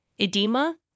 edema